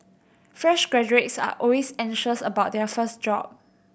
fresh graduates are always anxious about their first job